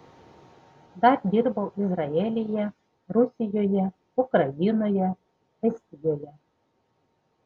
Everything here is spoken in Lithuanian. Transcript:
dar dirbau izraelyje rusijoje ukrainoje estijoje